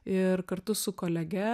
ir kartu su kolege